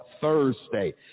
Thursday